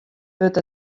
wurdt